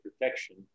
protection